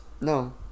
No